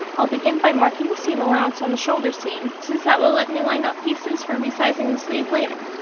i'll begin by marking the seam allowance on the shoulder seam, since that will let me line up pieces for resizing the sleeve later.